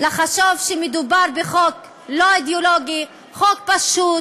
לחשוב שמדובר בחוק לא אידיאולוגי, חוק פשוט,